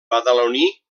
badaloní